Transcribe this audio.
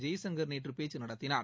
ஜெய்சங்கர் நேற்று பேச்சு நடத்தினார்